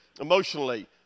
emotionally